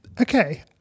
okay